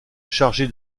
chargé